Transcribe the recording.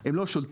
הם לא שולטים,